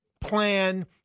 plan